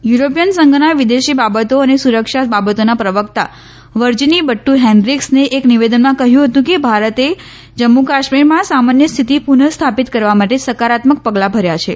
European સંઘના વિદેશી બાબતો અને સુરક્ષા બાબતોના પ્રવકતા વર્જીની બટ્ટ હેન્રીકસને એક નિવેદનમાં કહયું હતું કે ભારતે જમ્મુ કાશ્મીરમાં સામાન્ય સ્થિતિ પુનઃ સ્થાપિત કરવા માટે સકારાત્મક પગલાં ભર્યા છે